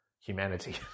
humanity